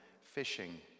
fishing